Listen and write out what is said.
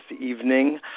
evening